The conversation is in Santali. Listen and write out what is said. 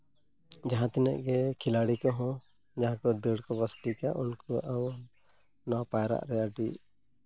ᱡᱟᱦᱟᱸ ᱛᱤᱱᱟᱹᱜ ᱜᱮ ᱠᱷᱤᱞᱟᱹᱲᱤ ᱠᱚᱦᱚᱸ ᱡᱟᱦᱟᱸᱭ ᱠᱚ ᱫᱟᱹᱲ ᱠᱚ ᱯᱨᱮᱠᱴᱤᱥᱟ ᱩᱱᱠᱩᱣᱟᱜ ᱦᱚᱸ ᱱᱚᱣᱟ ᱯᱟᱭᱨᱟᱜ ᱨᱮ ᱟᱹᱰᱤ